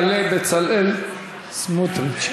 יעלה בצלאל סמוטריץ.